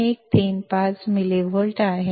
0135 ಮಿಲಿವೋಲ್ಟ್ಗಳು